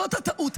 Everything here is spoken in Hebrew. זאת הטעות.